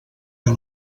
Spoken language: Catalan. que